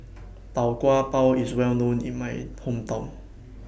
Tau Kwa Pau IS Well known in My Hometown